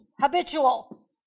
Habitual